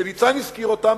שניצן הזכיר אותם,